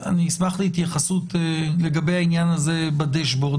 אני אשמח להתייחסות לגבי העניין הזה בדשבורד,